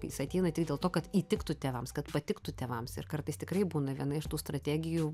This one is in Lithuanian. jis ateina tik dėl to kad įtiktų tėvams kad patiktų tėvams ir kartais tikrai būna viena iš tų strategijų